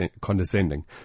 condescending